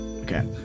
Okay